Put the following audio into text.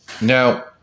Now